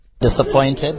Disappointed